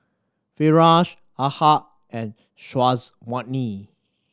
Firash Ahad and Syazwani